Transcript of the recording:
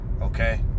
okay